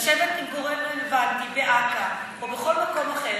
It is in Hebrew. לשבת עם גורם רלוונטי באכ"א או בכל מקום אחר,